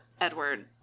Edward